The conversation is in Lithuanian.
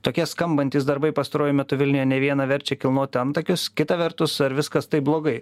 tokie skambantys darbai pastaruoju metu vilniuje ne vieną verčia kilnoti antakius kita vertus ar viskas taip blogai